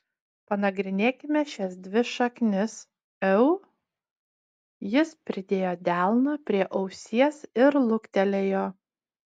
panagrinėkime šias dvi šaknis eu jis pridėjo delną prie ausies ir luktelėjo